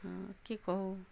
हँ की कहू